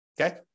okay